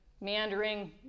meandering